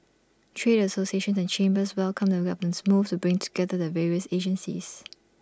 trade associations and chambers welcomed the government's move to bring together the various agencies